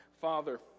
Father